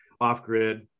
off-grid